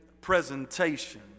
presentation